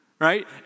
right